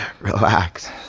Relax